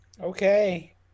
Okay